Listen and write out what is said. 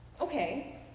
okay